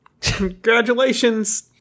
Congratulations